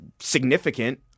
significant